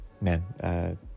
Man